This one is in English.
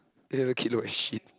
and the kid will shit